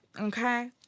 Okay